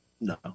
No